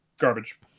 garbage